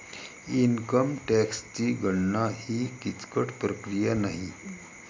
income टॅक्सची गणना ही किचकट प्रक्रिया नाही